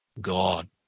God